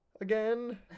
again